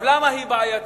למה היא בעייתית?